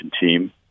team